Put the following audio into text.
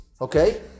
okay